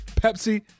Pepsi